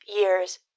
years